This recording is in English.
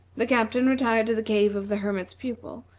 the captain retired to the cave of the hermit's pupil,